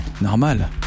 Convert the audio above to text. Normal